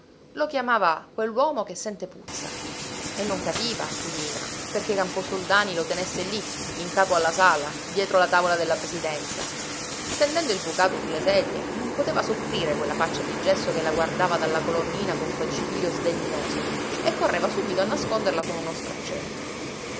lo chiamava quell'uomo che sente puzza e non capiva tudina perché camposoldani lo tenesse lì in capo alla sala dietro la tavola della presidenza stendendo il bucato su le sedie non poteva soffrire quella faccia di gesso che la guardava dalla colonnina con quel cipiglio sdegnoso e correva subito a nasconderla con uno straccetto